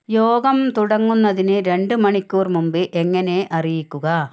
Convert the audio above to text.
യോഗം തുടങ്ങുന്നതിന് രണ്ട് മണിക്കൂർ മുമ്പ് എങ്ങനെ അറിയിക്കുക